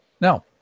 now